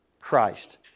Christ